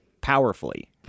Powerfully